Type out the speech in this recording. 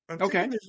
Okay